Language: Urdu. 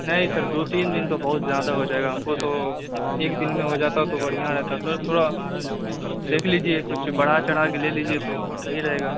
نہیں سر دو تین دن تو بہت زیادہ ہو جائے گا ہم کو تو ایک دن میں ہو جاتا تو بڑھیا رہتا سر تھوڑا دیکھ لیجیے کچھ بڑھا چڑھا کے لے لیجیے تو صحیح رہے گا